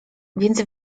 więc